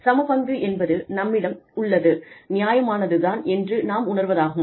சமபங்கு என்பது நம்மிடம் உள்ளது நியாயமானது தான் என்று நாம் உணர்வதாகும்